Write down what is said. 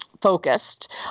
focused